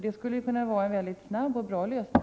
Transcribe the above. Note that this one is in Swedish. Det skulle ju kunna innebära en snabb och bra lösning.